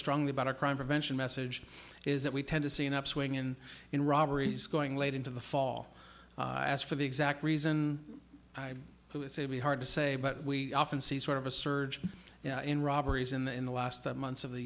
strongly about a crime prevention message is that we tend to see an upswing in in robberies going late into the fall as for the exact reason i say be hard to say but we often see sort of a surge in robberies in the in the last months of the